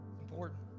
important